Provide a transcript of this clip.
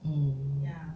mm